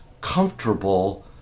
comfortable